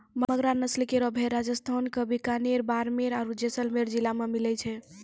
मगरा नस्ल केरो भेड़ राजस्थान क बीकानेर, बाड़मेर आरु जैसलमेर जिला मे मिलै छै